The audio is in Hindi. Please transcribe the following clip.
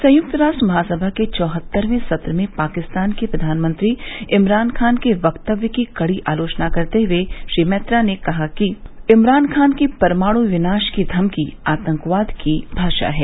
संयुक्त राष्ट्र महासभा के चौहत्तरवें सत्र में पाकिस्तान के प्रधानमंत्री इमरान खान के वक्तव्य की कड़ी आलोचना करते हुए मैत्रा ने कहा कि इमरान खान की परमाण् विनाश की धमकी आतंकवाद की भाषा है